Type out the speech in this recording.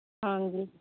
ਹਾਂਜੀ